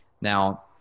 Now